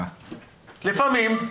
לפעמים.